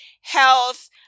health